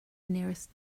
nearest